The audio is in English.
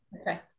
Okay